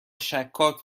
شکاک